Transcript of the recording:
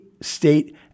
state